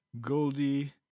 Goldie